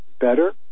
better